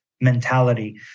mentality